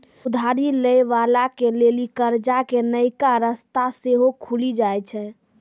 उधारी लै बाला के लेली कर्जा के नयका रस्ता सेहो खुलि जाय छै